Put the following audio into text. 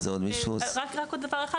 פה,